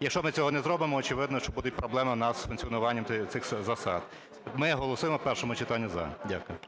Якщо ми цього не зробимо, очевидно, що будуть проблеми у нас з функціонуванням цих засад. Ми голосуємо в першому читанні "за". Дякую.